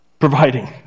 Providing